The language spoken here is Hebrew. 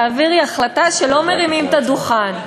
תעבירי החלטה שלא מרימים את הדוכן.